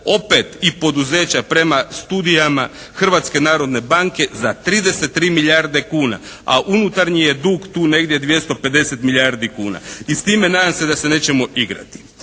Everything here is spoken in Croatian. opet i poduzeća prema studijama Hrvatske narodne banke za 33 milijarde kuna. A unutarnji je dug tu negdje 250 milijardi kuna. I s time nadam se da se nećemo igrati.